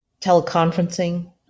Teleconferencing